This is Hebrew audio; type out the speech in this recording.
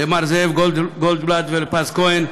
למר זאב גולדבלט ולפז כהן,